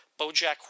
BoJack